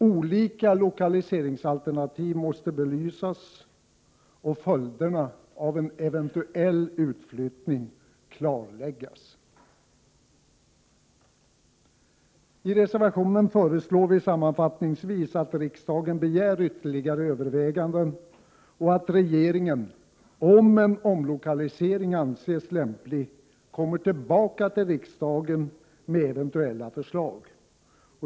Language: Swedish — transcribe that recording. Olika lokaliseringsalternativ måste belysas och följderna av en eventuell utflyttning klarläggas. I reservationen föreslår vi sammanfattningsvis att riksdagen begär ytterligare överväganden och att regeringen — om en omlokalisering anses lämplig — kommer tillbaka till riksdagen med eventuella förslag.